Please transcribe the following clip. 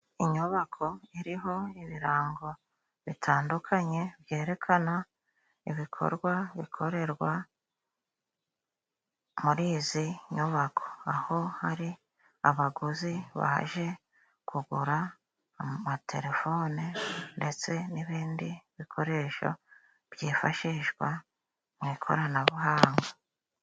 Inyubako iriho ibirango bitandukanye byerekana ibikorwa bikorerwa muri izi nyubako aho hari abaguzi baje kugura amatelefone ndetse n'ibindi bikoresho byifashishwa mu ikoranabuhanga.